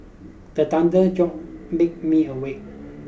the thunder jolt make me awake